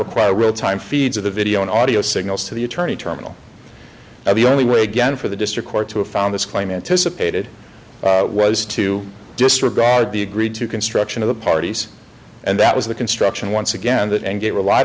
require real time feeds of the video and audio signals to the attorney terminal the only way again for the district court to have found this claim anticipated was to disregard the agreed to construction of the parties and that was the construction once again that and get relied